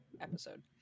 episode